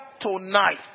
tonight